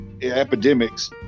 epidemics